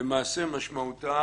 למעשה משמעותה